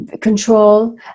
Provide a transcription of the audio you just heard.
control